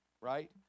Right